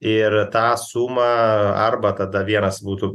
ir tą sumą arba tada vienas būtų